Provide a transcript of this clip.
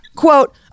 Quote